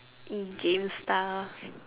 hmm game stuff